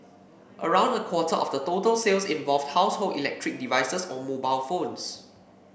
around a quarter of the total sales involved household electric devices or mobile phones